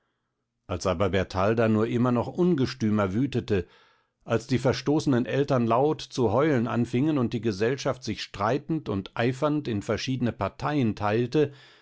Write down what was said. als aber bertalda nur immer noch ungestümer wütete als die verstoßenen eltern laut zu heulen anfingen und die gesellschaft sich streitend und eifernd in verschiedne parten teilte